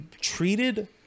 treated